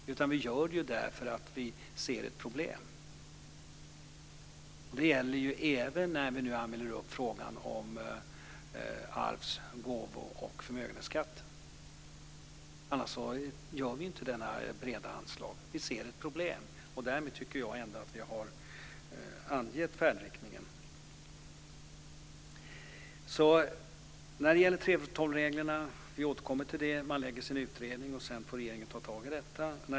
Vi gör det därför att vi ser ett problem. Det gäller även när vi tar upp frågan om arvs-, gåvo och förmögenhetsskatt. Annars skulle vi inte ha detta breda anslag. Vi ser ett problem. Därmed har jag angett färdriktningen. Vi återkommer till 3:12-reglerna. Utredningen läggs fram och sedan får regeringen ta tag i frågan.